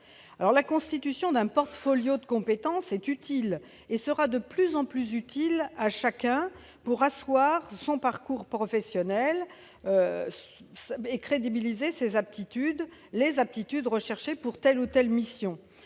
La constitution d'un portfolio de compétences est utile, et le sera de plus en plus pour asseoir un parcours professionnel et crédibiliser les aptitudes recherchées pour telle ou telle mission.